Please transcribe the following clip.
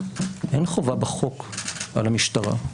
אין חובה בחוק על המשטרה.